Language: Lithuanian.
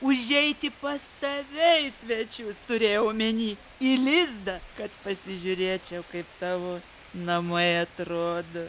užeiti pas tave į svečius turėjau omeny į lizdą kad pasižiūrėčiau kaip tavo namai atrodo